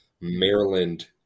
Maryland